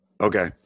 Okay